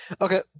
Okay